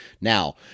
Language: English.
Now